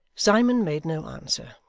simon made no answer,